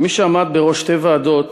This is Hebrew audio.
כמי שעמד בראש שתי ועדות